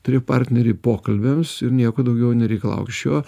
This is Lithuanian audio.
turi partnerį pokalbiams ir nieko daugiau nereikalauk iš jo